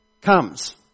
comes